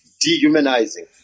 dehumanizing